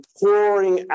pouring